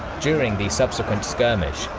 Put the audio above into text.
during the subsequent skirmish,